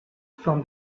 from